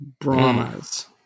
Brahmas